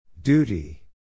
Duty